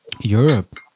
Europe